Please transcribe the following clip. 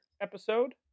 episode